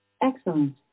Excellent